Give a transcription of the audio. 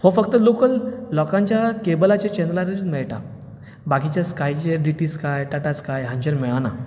हो फक्त लोकल लोकांच्या कॅबलाच्या चॅनलारच मेळटा बाकीच्या स्कायचे D T Sky Tata Sky हाचेर मेळना